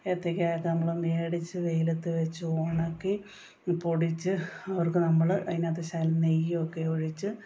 ഏത്തക്ക ഒക്കെ നമ്മൾ മേടിച്ച് വെയിലത്തു വെച്ച് ഉണക്കി പൊടിച്ച് അവർക്കു നമ്മൾ അതിനകത്ത് ശകലം നെയ്യ് ഒക്കെ ഒഴിച്ച്